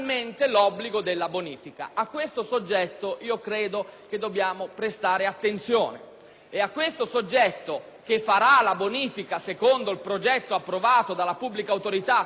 Al soggetto che farà la bonifica, secondo il progetto approvato dalla pubblica autorità, ossia dal Ministero dell'ambiente, dobbiamo anche offrire la possibilità e la certezza